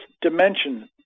dimension